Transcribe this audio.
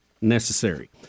necessary